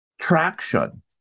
traction